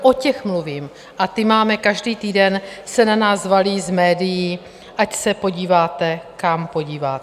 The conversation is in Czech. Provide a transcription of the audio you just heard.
O těch mluvím a ty máme, každý týden se na nás valí z médií, ať se podíváte, kam podíváte.